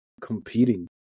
competing